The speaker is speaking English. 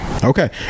Okay